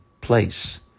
place